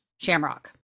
Shamrock